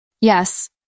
Yes